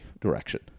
direction